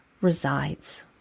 resides